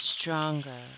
stronger